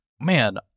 man